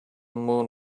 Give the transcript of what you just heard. moon